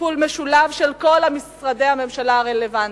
טיפול משולב של כל משרדי הממשלה הרלוונטיים: